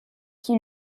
qui